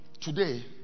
today